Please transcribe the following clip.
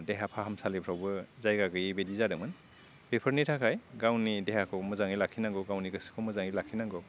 देहा फाहामसालिफ्रावबो जायगा गैयै बायदि जादोंमोन बेफोरनि थाखाय गावनि देहाखौ मोजाङै लाखिनांगौ गावनि गोसोखौ मोजाङै लाखिनांगौ